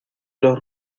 los